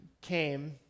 came